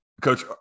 Coach